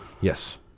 Yes